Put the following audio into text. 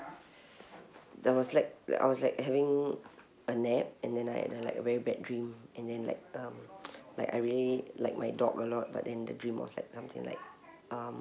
there was like I was like having a nap and then I had a like a very bad dream and then like um like I really like my dog a lot but in the dream like something like um